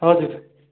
हजुर